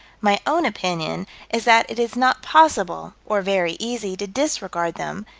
my own opinion is that it is not possible, or very easy, to disregard them,